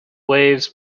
waves